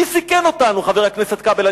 מי סיכן אותנו, חבר הכנסת איתן כבל?